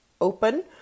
open